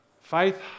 Faith